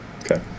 Okay